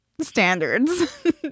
standards